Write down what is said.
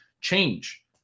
change